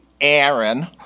Aaron